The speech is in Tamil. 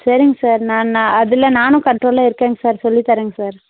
சரிங்க சார் நான் நான் அதில் நானும் கன்ட்ரோலாக இருக்கேங்க சார் சொல்லித் தர்றேங்க சார்